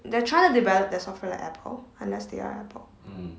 they're trying to develop their software like apple unless they are apple